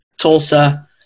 Tulsa